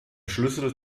schlüssel